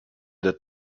that